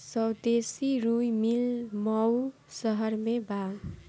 स्वदेशी रुई मिल मऊ शहर में बा